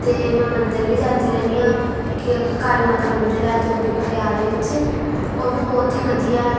ਅਤੇ ਮੈਂ ਮੰਦਰ ਵੀ ਜਾਂਦੀ ਰਹਿੰਦੀ ਹਾਂ ਕਿ ਅ ਕਾਲੀ ਮਾਤਾ ਮੰਦਰ ਆ ਜੋ ਕਿ ਪਟਿਆਲੇ ਵਿੱਚ ਉਹ ਵੀ ਬਹੁਤ ਹੀ ਵਧੀਆ ਹੈ